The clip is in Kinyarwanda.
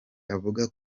avuga